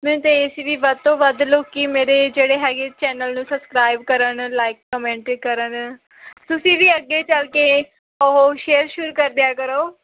ਮੈਨੂੰ ਤਾਂ ਇਹ ਸੀ ਵੀ ਵੱਧ ਤੋਂ ਵੱਧ ਲੋਕ ਮੇਰੇ ਜਿਹੜੇ ਹੈਗੇ ਚੈਨਲ ਨੂੰ ਸਬਸਕ੍ਰਾਈਬ ਕਰਨ ਲਾਇਕ ਕਮੈਂਟ ਕਰਨ ਤੁਸੀਂ ਵੀ ਅੱਗੇ ਚੱਲ ਕੇ ਉਹ ਸ਼ੇਅਰ ਸ਼ੁਅਰ ਕਰ ਦਿਆ ਕਰੋ